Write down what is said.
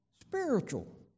spiritual